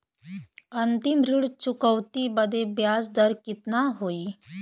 अंतिम ऋण चुकौती बदे ब्याज दर कितना होई?